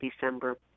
December